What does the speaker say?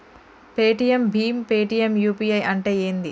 Paytm భీమ్ Paytm UPI అంటే ఏంది?